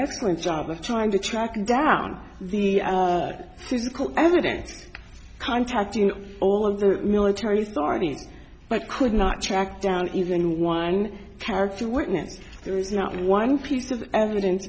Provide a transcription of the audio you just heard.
excellent job of trying to track down the physical evidence contacting all of the military starting but could not track down even one character witness there is not one piece of evidence